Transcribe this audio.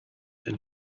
and